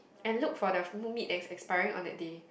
and look for the meat meat that is expiring on that day